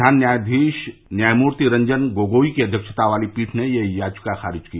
प्रधान न्यायाधीश न्यायमूर्ति रंजन गोगोई की अव्यक्षता वाली पीठ ने यह याचिका खारिज की